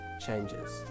changes